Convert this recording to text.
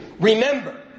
Remember